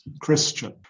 Christian